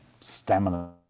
stamina